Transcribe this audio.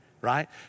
right